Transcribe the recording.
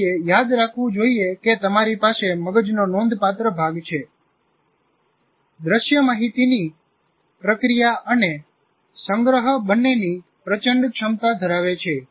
કોઈએ યાદ રાખવું જોઈએ કે તમારી પાસે મગજનો નોંધપાત્ર ભાગ છે આપણા મગજનો પાછળનો ભાગ વિઝ્યુઅલ કોર્ટેક્સ છે દ્રશ્ય માહિતીની પ્રક્રિયા અને સંગ્રહ બંનેની પ્રચંડ ક્ષમતા ધરાવે છે